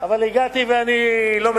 אבל הגעתי ואני לא מקבל.